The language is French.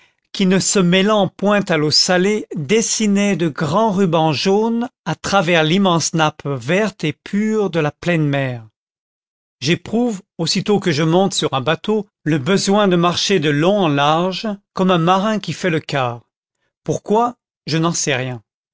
qui ne se mêlant point à l'eau salée dessinaient de grands rubans jaunes à travers l'immense nappe verte et pure de la pleine mer j'éprouve aussitôt que je monte sur un bateau le besoin de marcher de long en large comme un marin qui fait le quart pourquoi je n'en sais rien